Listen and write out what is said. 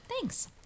Thanks